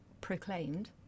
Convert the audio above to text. proclaimed